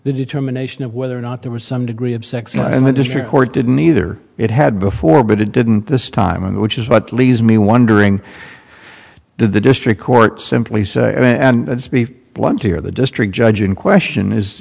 the determination of whether or not there was some degree of sex and the district court didn't either it had before but it didn't this time which is what leaves me wondering did the district court simply say and speak bluntly or the district judge in question is